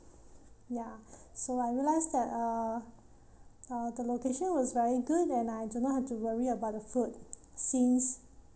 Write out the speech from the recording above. ya so I realise that uh uh the location was very good and I do not have to worry about the food since